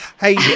Hey